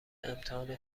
امتحان